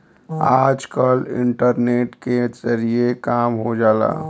आजकल इन्टरनेट के जरिए काम हो जाला